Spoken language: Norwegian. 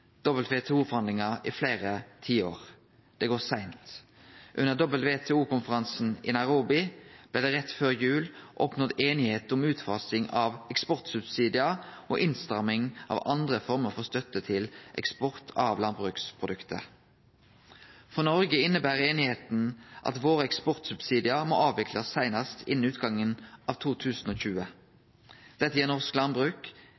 i gang i fleire tiår. Det går seint. Under WTO-konferansen i Nairobi blei det rett før jul oppnådd einigheit om utfasing av eksportsubsidiar og innstramming av andre former for støtte til eksport av landbruksprodukt. For Noreg inneber det at våre eksportsubsidiar må avviklast seinast innan utgangen av 2020. Det gir norsk landbruk